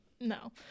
No